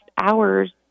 hours